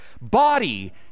body